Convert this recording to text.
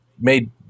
made